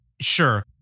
Sure